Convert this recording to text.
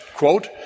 Quote